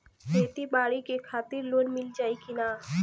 खेती बाडी के खातिर लोन मिल जाई किना?